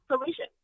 solution